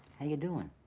how you doing?